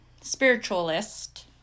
spiritualist